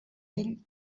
ell